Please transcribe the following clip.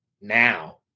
now